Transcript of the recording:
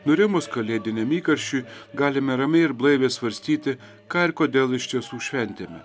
nurimus kalėdiniam įkarščiui galime ramiai ir blaiviai svarstyti ką ir kodėl iš tiesų šventėme